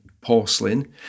porcelain